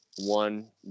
one